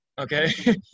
Okay